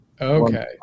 okay